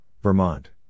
Vermont